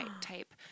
type